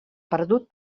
perdut